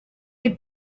good